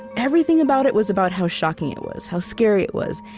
everything about it was about how shocking it was, how scary it was.